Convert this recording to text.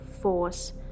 force